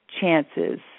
chances